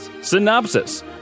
Synopsis